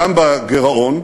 גם בגירעון.